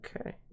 okay